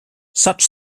such